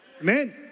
Amen